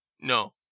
No